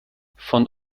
von